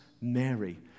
Mary